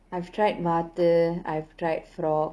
I've tried வாத்து:vaathu I've tried frog